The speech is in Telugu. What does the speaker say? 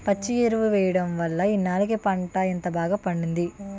పచ్చి ఎరువు ఎయ్యడం వల్లే ఇన్నాల్లకి పంట ఇంత బాగా పండింది